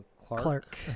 Clark